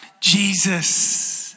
Jesus